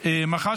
מאחר